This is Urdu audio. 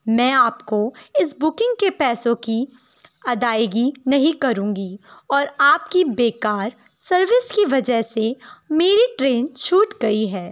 میں آپ کو اس بکنگ کے پیسوں کی ادائیگی نہیں کروں گی اور آپ کی بیکار سروس کی وجہ سے میری ٹرین چھوٹ گئی ہے